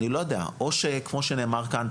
או שכמו שנאמר כאן,